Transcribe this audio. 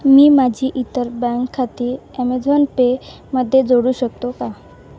मी माझी इतर बँक खाती ॲमेझॉन पे मध्ये जोडू शकतो का